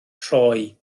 rhoi